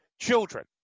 children